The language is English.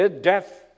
death